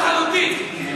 לחלוטין.